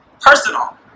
Personal